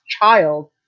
child